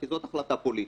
כי זאת החלטה פוליטית.